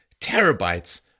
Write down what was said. terabytes